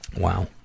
Wow